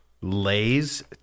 Lay's